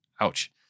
ouch